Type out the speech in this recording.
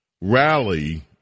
rally